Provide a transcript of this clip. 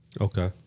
Okay